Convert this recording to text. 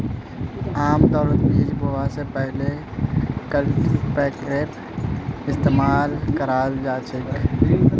आमतौरत बीज बोवा स पहले कल्टीपैकरेर इस्तमाल कराल जा छेक